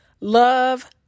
Love